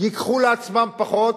ייקחו לעצמם פחות.